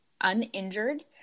uninjured